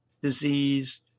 disease